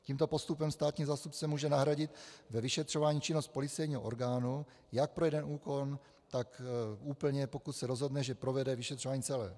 Tímto postupem státní zástupce může nahradit ve vyšetřování činnost policejního orgánu jak pro jeden úkon, tak úplně, pokud se rozhodne, že provede vyšetřování celé.